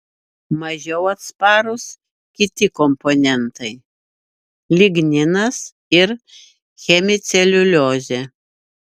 mažiau atsparūs kiti komponentai ligninas ir hemiceliuliozė